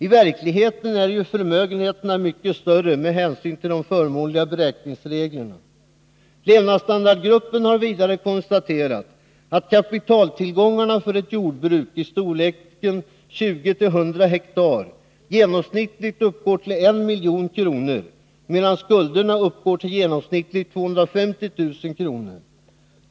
I verkligheten är ju förmögenheterna mycket större med hänsyn till de förmånliga beräkningsreglerna. Levnadsstandardgruppen har vidare konstaterat att kapitaltillgångarna för ett jordbruk i storleken 20-100 hektar genomsnittligt uppgår till 1 milj.kr., medan skulderna uppgår till genomsnittligt 250 000 kr.